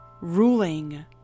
ruling